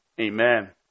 amen